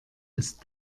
ist